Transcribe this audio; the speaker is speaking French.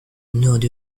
nord